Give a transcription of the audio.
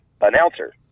announcer